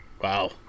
Wow